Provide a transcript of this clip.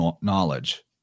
knowledge